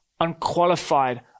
unqualified